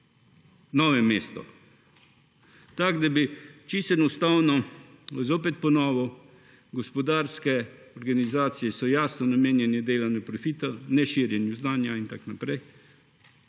Novem mestu. Tako bi čisto enostavno zopet ponovil, gospodarske organizacije so jasno namenjene delanju profita, ne širjenju znanja in tako naprej.